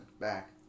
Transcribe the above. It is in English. back